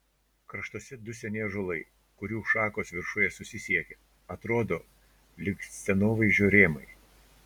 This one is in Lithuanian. kraštuose du seni ąžuolai kurių šakos viršuje susisiekia atrodo lyg scenovaizdžio rėmai